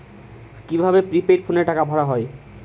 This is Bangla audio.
কি ভাবে প্রিপেইড ফোনে টাকা ভরা হয়?